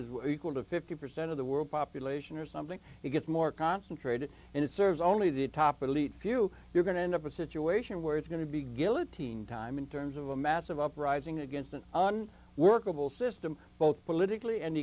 is equal to fifty percent of the world population or something they get more concentrated and it serves only the top elite few you're going to end up a situation where it's going to be guillotine time in terms of a massive uprising against an on workable system both politically and